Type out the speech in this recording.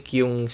yung